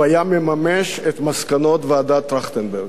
הוא היה מממש את מסקנות ועדת-טרכטנברג.